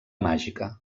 màgica